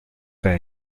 that